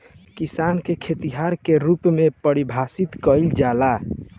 किसान के खेतिहर के रूप में परिभासित कईला जाला